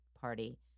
party